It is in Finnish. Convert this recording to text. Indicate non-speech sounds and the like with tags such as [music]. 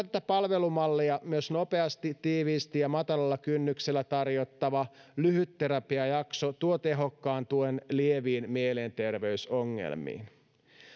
[unintelligible] tätä palvelumallia myös nopeasti tiiviisti ja matalalla kynnyksellä tarjottava lyhytterapiajakso tuo tehokkaan tuen lieviin mielenterveysongelmiin